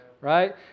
right